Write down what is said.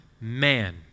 man